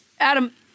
Adam